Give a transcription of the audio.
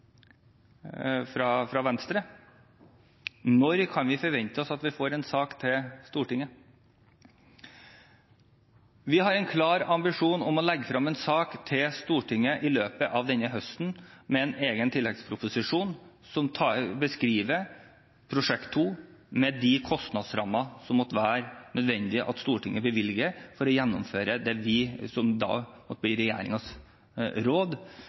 fra Venstre: Når kan vi forvente oss at vi får en sak til Stortinget? Vi har en klar ambisjon om å legge frem en sak for Stortinget i løpet av denne høsten, med en egen tilleggsproposisjon som beskriver Prosjekt 2, og med de kostnadsrammene som det måtte være nødvendig at Stortinget bevilger for å gjennomføre det som